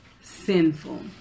sinful